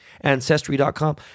ancestry.com